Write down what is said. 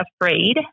afraid